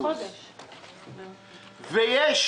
ויש